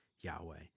Yahweh